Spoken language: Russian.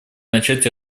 начать